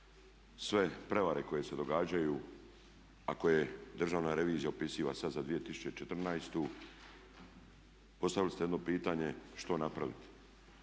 sve prijevare koje se događaju a koje državna revizija opisiva sada za 2014., postavili ste jedno pitanje što napraviti.